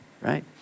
right